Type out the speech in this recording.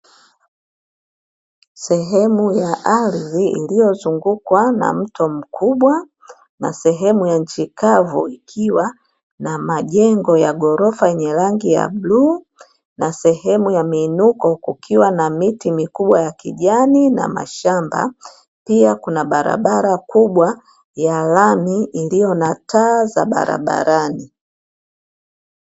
Sehemu ya ardhi iliyozungukwa na mto mkubwa, na sehemu ya nchi kavu ikiwa na majengo ya ghorofa yenye rangi ya bluu, na sehemu ya miinuko kukiwa na miti mikubwa ya kijani na mashamba, pia kuna kuna barabara kubwa ya lami iliyo na taa za barabarani.